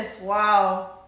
Wow